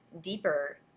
deeper